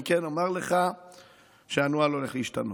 אני כן אומר לך שהנוהל הולך להשתנות,